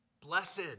Blessed